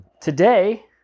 Today